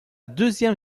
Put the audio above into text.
deuxième